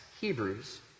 Hebrews